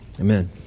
amen